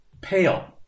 pale